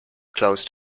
closed